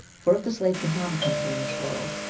for if the slave can have a country in this world,